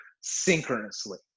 synchronously